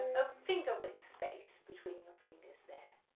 a finger width space between your fingers there.